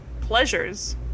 pleasures